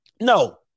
no